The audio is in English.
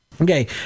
Okay